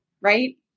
right